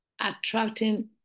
attracting